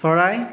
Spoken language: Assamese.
চৰাই